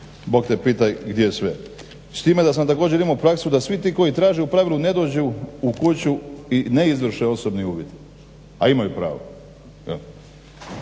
bog te pita gdje sve. S tima da sam također da idemo u praksu da svi ti koji traže u pravilu ne dođu u kuću i ne izvrše osobni uvid, a imaju pravo.